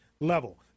level